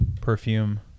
perfume